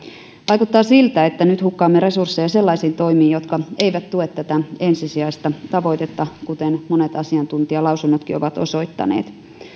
vaikuttaa siltä että nyt hukkaamme resursseja sellaisiin toimiin jotka eivät tue tätä ensisijaista tavoitetta kuten monet asiantuntijalausunnotkin ovat osoittaneet